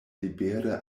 libere